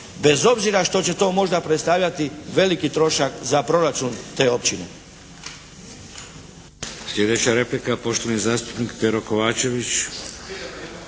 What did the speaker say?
bez obzira što će to možda predstavljati veliki trošak za proračun te općine.